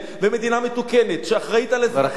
ומדינה מתוקנת שאחראית לאזרחיה,